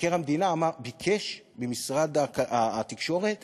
מבקר המדינה ביקש ממשרד התקשורת